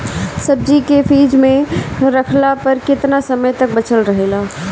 सब्जी के फिज में रखला पर केतना समय तक बचल रहेला?